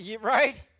Right